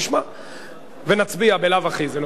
נשמע ובלאו הכי נצביע.